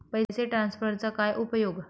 पैसे ट्रान्सफरचा काय उपयोग?